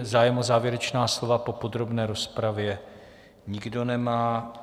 Zájem o závěrečná slova po podrobné rozpravě nikdo nemá.